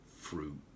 fruit